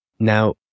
Now